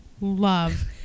love